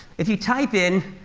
if you type in,